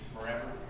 forever